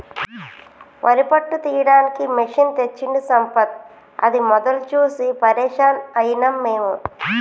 వరి పొట్టు తీయడానికి మెషిన్ తెచ్చిండు సంపత్ అది మొదలు చూసి పరేషాన్ అయినం మేము